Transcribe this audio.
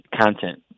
content